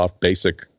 basic